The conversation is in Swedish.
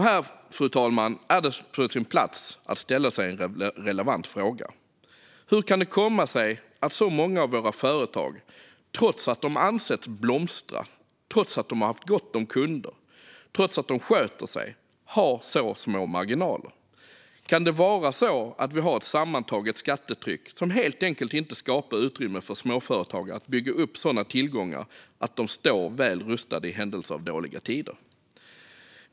Här, fru talman, är det på sin plats att ställa en relevant fråga: Hur kan det komma sig att så många av våra företag trots att de anses blomstra, trots att de har gott om kunder och trots att de sköter sig, har så små marginaler? Kan det vara så att vi har ett sammantaget skattetryck som helt enkelt inte skapar utrymme för småföretagare att bygga upp sådana tillgångar att de står väl rustade i händelse av dåliga tider?